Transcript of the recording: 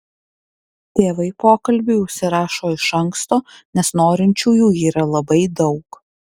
tėvai pokalbiui užsirašo iš anksto nes norinčiųjų yra labai daug